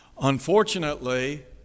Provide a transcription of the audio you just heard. Unfortunately